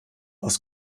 aus